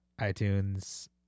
iTunes